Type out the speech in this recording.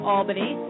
Albany